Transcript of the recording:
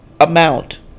amount